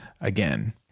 again